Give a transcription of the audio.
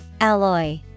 Alloy